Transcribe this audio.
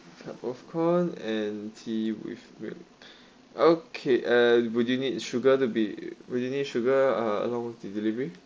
cup of corn and tea with milk okay uh would you need sugar to be would you need sugar uh along the delivery